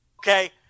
okay